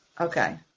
Okay